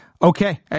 Okay